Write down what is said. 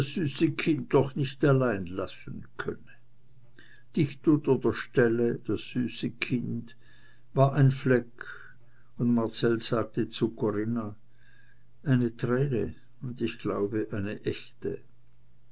doch nicht allein lassen könne dicht unter der stelle das süße kind war ein fleck und marcell sagte zu corinna eine träne und ich glaube eine echte